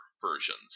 versions